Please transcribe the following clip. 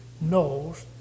knows